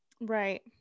Right